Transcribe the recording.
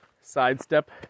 sidestep